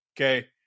okay